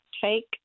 take